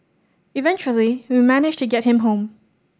eventually we managed to get him home